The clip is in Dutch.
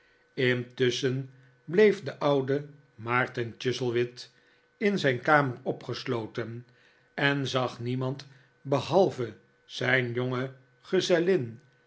intusschen bleef de oude maarten chuzzlewit in zijn kamer opgesloten en zag niemand behalve zijn jonge gezellin